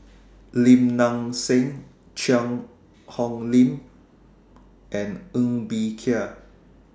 Lim Nang Seng Cheang Hong Lim and Ng Bee Kia